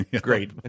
Great